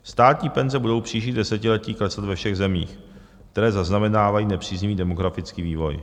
Státní penze budou v příštích desetiletích klesat ve všech zemích, které zaznamenávají nepříznivý demografický vývoj.